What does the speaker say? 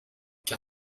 car